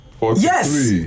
Yes